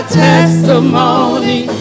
testimony